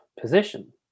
position